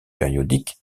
périodiques